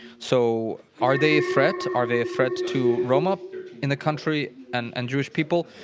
so are they a threat? are they a threat to roma in the country and and jewish people?